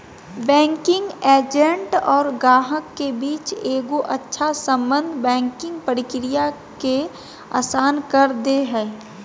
banking agent और गाहक के बीच एगो अच्छा सम्बन्ध बैंकिंग प्रक्रिया के आसान कर दे हय